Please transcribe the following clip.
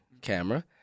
camera